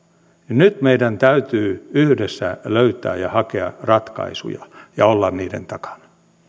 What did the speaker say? nyt meidän täytyy yhdessä löytää ja hakea ratkaisuja ja olla niiden takana